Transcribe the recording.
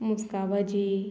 मुस्का भाजी